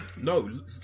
No